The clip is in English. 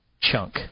chunk